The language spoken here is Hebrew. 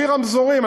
בלי רמזורים.